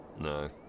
No